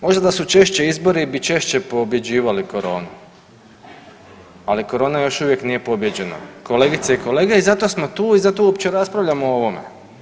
Možda da su češće izbori bi češće pobjeđivali koronu, ali korona još uvijek nije pobijeđena kolegice i kolege i zato smo tu i zato uopće raspravljamo o ovome.